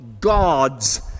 God's